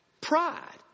Pride